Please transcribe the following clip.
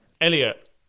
Elliot